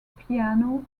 piano